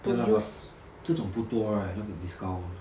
ya lah but 这种不多 right 那个 discount